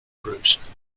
bruise